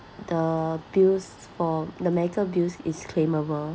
the bills for the medical bill is claimable